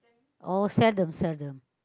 oh seldom seldom